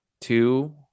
two